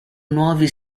nuovi